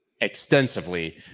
extensively